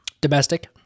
Domestic